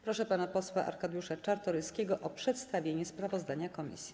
Proszę pana posła Arkadiusza Czartoryskiego o przedstawienie sprawozdania komisji.